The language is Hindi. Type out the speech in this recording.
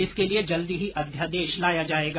इसके लिये जल्दी ही अध्यादेश लाया जायेगा